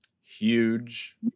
huge